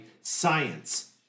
science